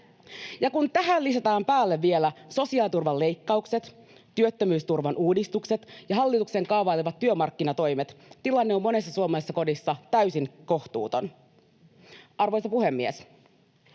Ja kun tähän lisätään päälle vielä sosiaaliturvan leikkaukset, työttömyysturvan uudistukset ja hallituksen kaavailemat työmarkkinatoimet, tilanne on monessa suomalaisessa kodissa täysin kohtuuton. Arvoisa puhemies!